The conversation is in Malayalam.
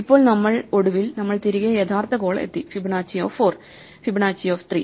ഇപ്പോൾ നമ്മൾ ഒടുവിൽ നമ്മൾ തിരികെ യഥാർത്ഥ കോൾ എത്തി ഫിബനാച്ചി ഓഫ് 4 ഫിബനാച്ചി ഓഫ് 3